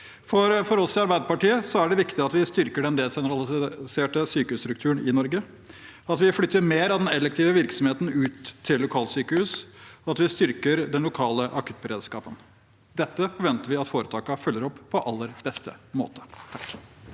For oss i Arbeiderpartiet er det viktig at vi styrker den desentraliserte sykehusstrukturen i Norge, at vi flytter mer av den elektive virksomheten ut til lokalsykehus, og at vi styrker den lokale akuttberedskapen. Dette forventer vi at foretakene følger opp på aller beste måte.